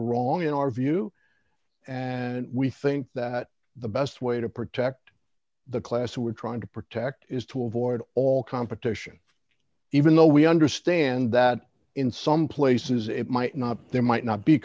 wrong in our view and we think that the best way to protect the class who we're trying to protect is to avoid all competition even though we understand that in some places it might not there might not be